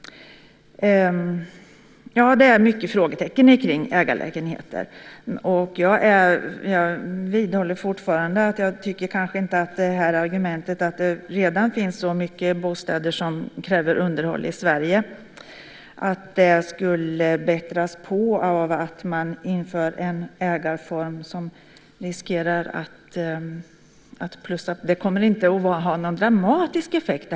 Det är många frågetecken som rör ägarlägenheter. Jag vidhåller fortfarande att jag inte tycker att argumentet att det redan finns så mycket bostäder som kräver underhåll i Sverige skulle bättras på av att man inför en ny ägarform. Det kommer inte att ha någon dramatisk effekt.